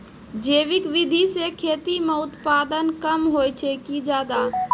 जैविक विधि से खेती म उत्पादन कम होय छै कि ज्यादा?